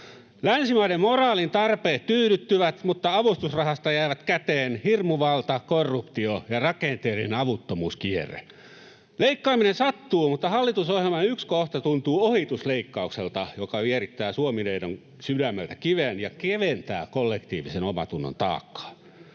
Länsimaiden moraalin tarpeet tyydyttyvät, mutta avustusrahasta jäävät käteen hirmuvalta, korruptio ja rakenteinen avuttomuuskierre. Leikkaaminen sattuu, mutta hallitusohjelman yksi kohta tuntuu ohitusleikkaukselta, joka vierittää Suomi-neidon sydämeltä kiven ja keventää kollektiivisen omantunnon taakkaa